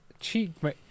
Cheekmate